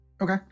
Okay